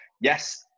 Yes